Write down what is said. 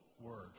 word